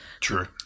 True